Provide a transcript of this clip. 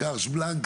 "קארט בלאנש",